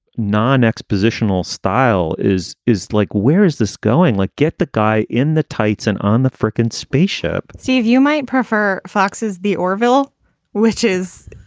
non expositional style is is like, where is this going? look. like get the guy in the tights and on the frickin space ship steve, you might prefer foxes, the orville witches.